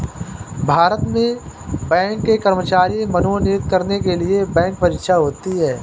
भारत में बैंक के कर्मचारी मनोनीत करने के लिए बैंक परीक्षा होती है